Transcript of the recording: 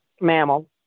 mammal